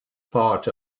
part